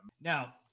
Now